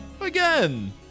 Again